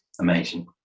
amazing